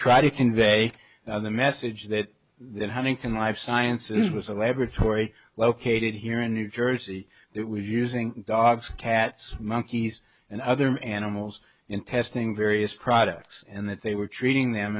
try to convey the message that they're having in life sciences was a laboratory located here in new jersey that was using dogs cats monkeys and other animals in testing various products and that they were treating them